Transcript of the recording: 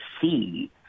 see